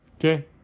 Okay